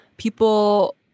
people